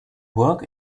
work